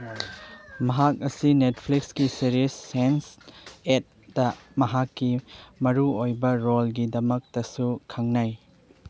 ꯃꯍꯥꯛ ꯑꯁꯤ ꯅꯦꯠꯐ꯭ꯂꯤꯛꯁꯀꯤ ꯁꯦꯔꯤꯁ ꯁꯦꯟꯁ ꯑꯦꯠꯇ ꯃꯍꯥꯛꯀꯤ ꯃꯔꯨ ꯑꯣꯏꯕ ꯔꯣꯜꯒꯤꯗꯃꯛꯇꯁꯨ ꯈꯪꯅꯩ